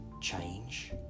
change